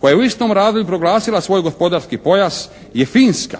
koja je u istom razdoblju proglasila svoj gospodarski pojas je Finska.